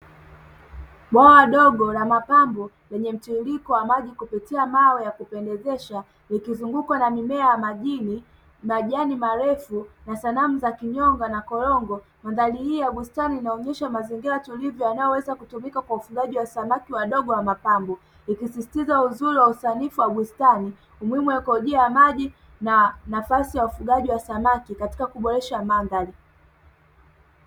Bwawa dogo la mapambo lenye mtiririko wa maji kupitia mawe ya kutelezesha; likizungukwa na mimea ya majini, majani marefu na sanamu za kinyonga na korongo. Mandhari hii ya bustani inaonyesha mazingira tulivu yanayoweza kutumika kwa ufugaji wa samaki wadogo wa mapambo; ikisisitiza uzuri wa usanifu wa bustani, umuhimu wa ikolojia ya maji na nafasi ya ufugaji wa samaki katika kuboresha mandhari.